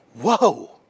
Whoa